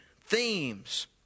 themes